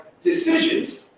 decisions